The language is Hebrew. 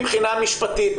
מבחינה משפטית,